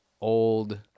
old